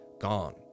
Gone